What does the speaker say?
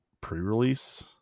pre-release